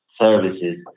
services